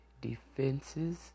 defenses